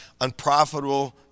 unprofitable